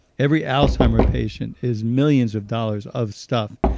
every alzheimer patient is millions of dollars of stuff.